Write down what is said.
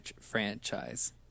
franchise